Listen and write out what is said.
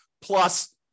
plus